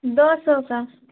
دو سو کا